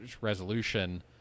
resolution